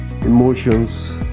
emotions